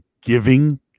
giving